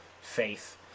faith